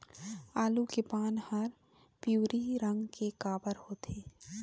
आलू के पान हर पिवरी रंग के काबर होथे?